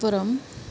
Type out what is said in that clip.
परम्